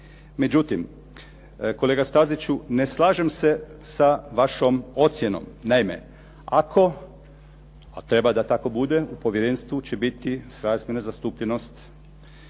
Međutim, kolega Staziću ne slažem se s vašom ocjenom. Naime, ako a treba da tako bude u povjerenstvu će biti srazmjerna zastupljenost